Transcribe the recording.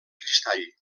cristall